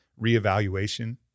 reevaluation